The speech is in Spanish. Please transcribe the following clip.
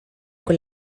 con